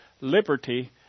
liberty